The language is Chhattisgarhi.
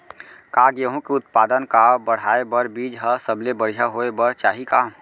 का गेहूँ के उत्पादन का बढ़ाये बर बीज ह सबले बढ़िया होय बर चाही का?